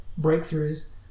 breakthroughs